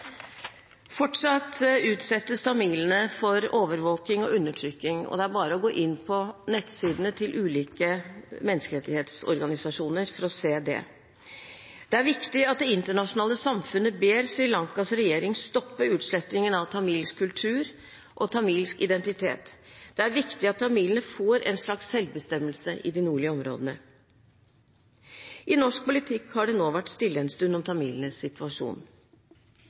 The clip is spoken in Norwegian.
Fortsatt utsettes tamilene for overvåking og undertrykking. Det er bare å gå inn på nettsidene til ulike menneskerettighetsorganisasjoner for å se det. Det er viktig at det internasjonale samfunnet ber Sri Lankas regjering stoppe utslettingen av tamilsk kultur og tamilsk identitet. Det er viktig at tamilene får en slags selvbestemmelse i de nordlige områdene. I norsk politikk har det vært stille en stund om tamilenes situasjon.